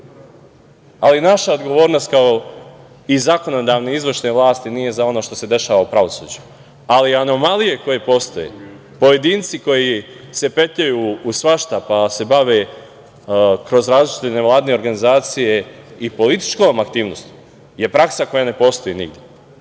naša odgovornost, kao i zakonodavne i izvršne vlasti, nije za ono što se dešava u pravosuđu. Ali anomalije koje postoje, pojedinci koji se petljaju u svašta pa se bave kroz različite nevladine organizacije, i političkom aktivnostima je praksa koja ne postoji nigde. Iz